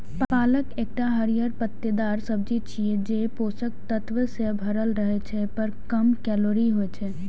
पालक एकटा हरियर पत्तेदार सब्जी छियै, जे पोषक तत्व सं भरल रहै छै, पर कम कैलोरी होइ छै